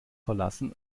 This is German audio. verlassen